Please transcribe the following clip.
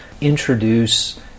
introduce